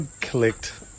collect